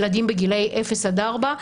ילדים בגילאי אפס עד ארבע,